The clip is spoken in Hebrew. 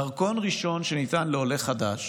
דרכון ראשון שניתן לעולה חדש